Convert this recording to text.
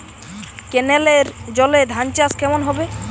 কেনেলের জলে ধানচাষ কেমন হবে?